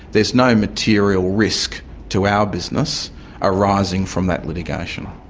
there's no material risk to our business arising from that litigation.